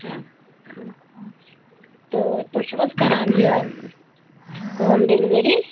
تہٕ تُہۍ چھُو حظ کران یہِ ہوم ڈٮ۪لؤری